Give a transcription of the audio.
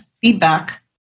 feedback